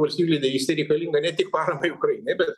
valstijų lyderystė reikalinga ne tik paramai ukrainai bet